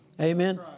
Amen